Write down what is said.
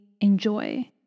enjoy